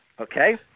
okay